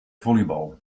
volleybal